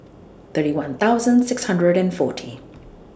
thirty one thousand six hundred and forty